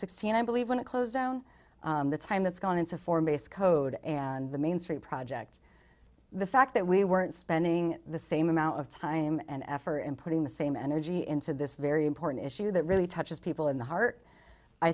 sixteen i believe when it closed down the time that's gone into for me it's code and the main street project the fact that we weren't spending the same amount of time and effort in putting the same energy into this very important issue that really touches people in the heart i